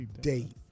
date